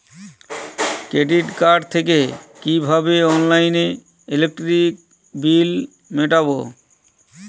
Credit card থেকে কিভাবে অনলাইনে ইলেকট্রিক বিল মেটাবো?